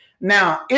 Now